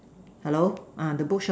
hello ah the bookshop